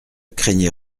craignez